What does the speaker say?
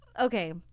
Okay